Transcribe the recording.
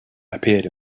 appeared